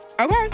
okay